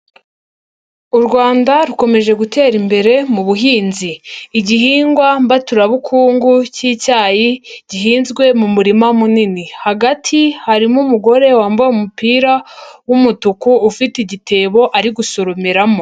U Rwanda rukomeje gutera imbere mu buhinzi. Igihingwa mbaturabukungu cy'icyayi gihinzwe mu murima munini. Hagati harimo umugore wambaye umupira w'umutuku ufite igitebo ari gusoromeramo.